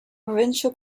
provincial